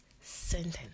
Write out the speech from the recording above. sentence